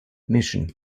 mission